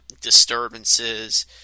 disturbances